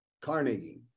Carnegie